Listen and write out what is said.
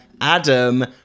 Adam